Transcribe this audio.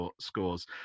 scores